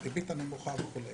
הריבית הנמוכה וכדומה.